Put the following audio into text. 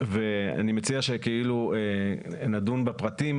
ואני מציע שנדון בפרטים,